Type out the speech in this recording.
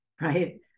right